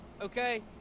Okay